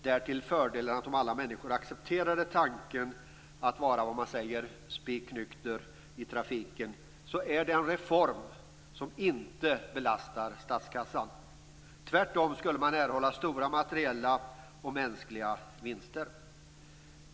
Därtill kommer fördelen att om alla människor accepterade tanken att vara som man säger spik nykter i trafiken, vore det en reform som inte skulle belasta statskassan. Tvärtom skulle man erhålla stora materiella och mänskliga vinster.